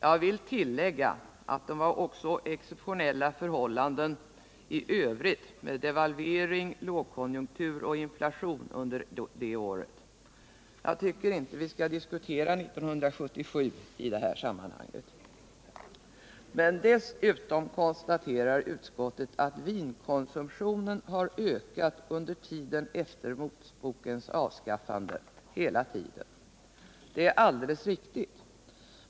Jag vill tillägga att det också rådde exceptionella förhållanden i övrigt med devalvering, lågkonjunktur och inflation under det året. Jag tycker inte att vi skall diskutera 1977 i det här sammanhanget. Men dessutom konstaterar utskottet att vinkonsumtionen har ökat under tiden efter motbokens avskaffande hela tiden. Det är alldeles riktigt.